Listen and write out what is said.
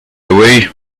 away